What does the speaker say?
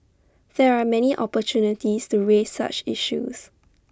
there are many opportunities to raise such issues